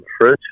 fridge